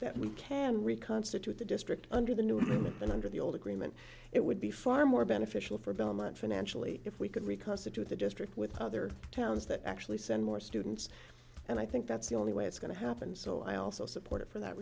that we can reconstitute the district under the new movement than under the old agreement it would be far more beneficial for belmont financially if we could reconstitute the district with other towns that actually send more students and i think that's the only way it's going to happen so i also support it for that